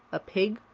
a pig,